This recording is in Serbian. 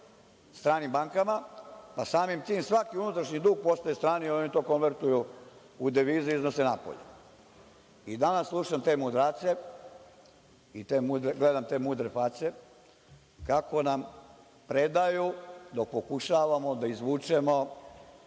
stranim bankama, pa samim tim svaki unutrašnji dug postaje strani i oni to konvertuju u devize i iznose napolje. Danas, slušam te mudrace i gledam te mudre face kako nam predaju, dok pokušavamo da izvučemo